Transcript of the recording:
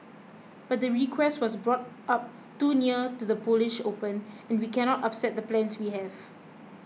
but the request was brought up too near to the Polish Open and we cannot upset the plans we have